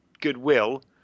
goodwill